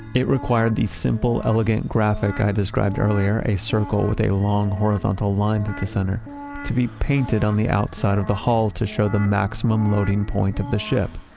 it required the simple, elegant graphic i described earlier a circle with a long horizontal line through the center to be painted on the outside of the hull to show the maximum loading point of the ship.